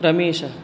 रमेशः